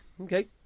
Okay